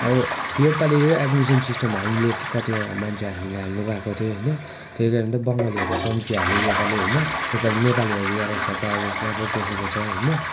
अब योपाली चाहिँ एड्मिसन सिस्टम हामीले कतिवटा मान्छे हामीलाई हाल्नु पाएको थियो होइन त्यो कारण चाहिँ बङ्गालीहरू कम्ती हाल्यो योपाली होइन योपालि नेपालीहरू ज्यादा छ प्राय जसो सबै पसेको छ होइन